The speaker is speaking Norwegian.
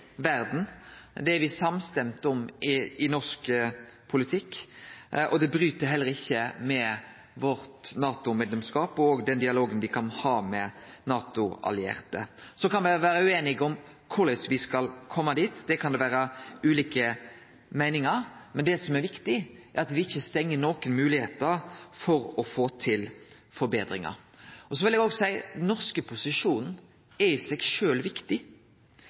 er me samstemde om i norsk politikk. Det bryt heller ikkje med vårt NATO-medlemsskap eller den dialogen me kan ha med NATO-allierte. Så kan me vere ueinige om korleis me skal kome dit. Det kan det vere ulike meiningar om. Men det som er viktig, er at me ikkje stengjer for nokon moglegheiter for å få til betringar. Så vil eg òg seie at den norske posisjonen er i seg sjølv viktig.